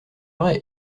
vrai